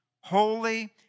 holy